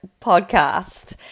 podcast